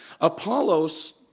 Apollos